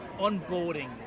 onboarding